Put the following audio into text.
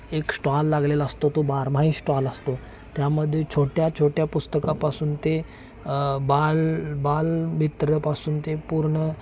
एक श्टॉल लागलेला असतो तो बारमाही श्टॉल असतो त्यामध्ये छोट्या छोट्या पुस्तकापासून ते बाल बालमित्रपासून ते पूर्ण